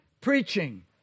preaching